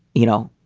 you know,